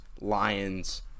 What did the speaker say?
Lions